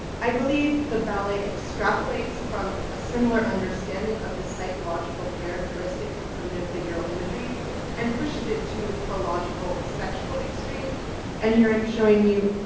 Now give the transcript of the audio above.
i believe the ballet extrapolates from a similar understanding of the psychological characteristics of primitive figural imagery and pushes it to a logical sexual extreme and here i'm showing you